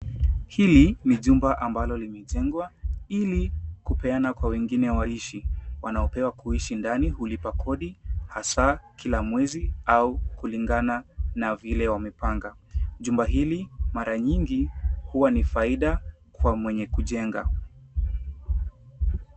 Hili ni jumba ambalo limejengwa ili kupeana kwa wengine waishi. Wanaopewa kuishi ndani hulipa kodi, hasaa kila mwezi au kulingana na vile wamepanga. Jumba hili mara nyingi huwa ni faida kwa mwenye kujenga.